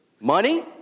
money